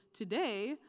today,